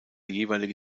jeweilige